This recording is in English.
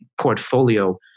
portfolio